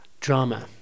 drama